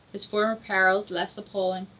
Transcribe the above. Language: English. his former perils less appalling.